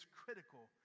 critical